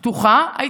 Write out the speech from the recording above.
היא הייתה פתוחה,